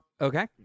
Okay